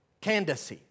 Candace